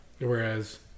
whereas